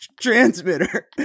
transmitter